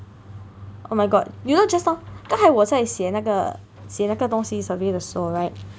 oh my god you know just now 刚才我在写那个写那个东西 survey 的时候 right